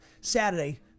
Saturday